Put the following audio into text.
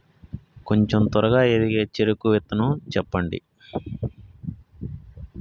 కొంచం తొందరగా ఎదిగే చెరుకు విత్తనం చెప్పండి?